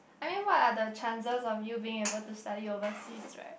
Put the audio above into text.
I mean what are chances of you being able study overseas right